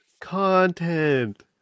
Content